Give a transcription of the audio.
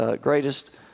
greatest